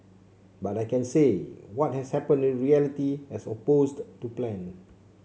but I can say what has happened in reality as opposed to plan